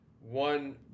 one